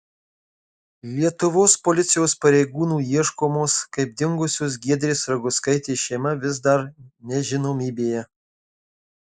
lietuvos policijos pareigūnų ieškomos kaip dingusios giedrės raguckaitės šeima vis dar nežinomybėje